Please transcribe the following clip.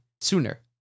sooner